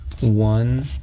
one